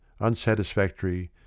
Unsatisfactory